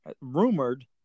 rumored